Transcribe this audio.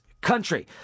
country